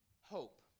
hope